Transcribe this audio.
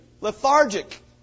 Lethargic